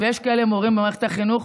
יש כאלה מורים במערכת החינוך,